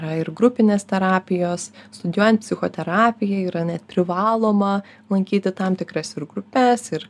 yra ir grupinės terapijos studijuojant psichoterapiją yra net privaloma lankyti tam tikras grupes ir